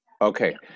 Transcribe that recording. okay